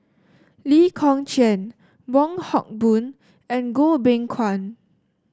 Lee Kong Chian Wong Hock Boon and Goh Beng Kwan